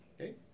Okay